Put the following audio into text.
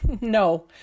No